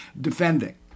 defending